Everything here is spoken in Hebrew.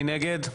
מי נגד?